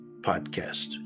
podcast